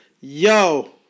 Yo